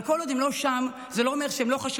אבל כל עוד הם לא שם, זה לא אומר שהם לא חשובים.